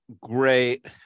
Great